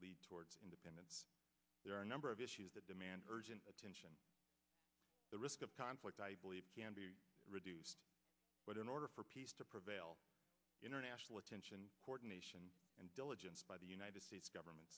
lead towards independence there are a number of issues that demand urgent attention the risk of conflict i believe can be reduced but in order for peace to prevail international attention coordination and diligence by the united states government